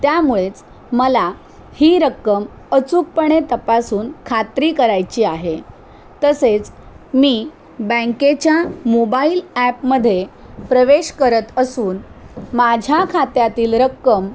त्यामुळेच मला ही रक्कम अचूकपणे तपासून खात्री करायची आहे तसेच मी बँकेच्या मोबाईल ॲपमध्ये प्रवेश करत असून माझ्या खात्यातील रक्कम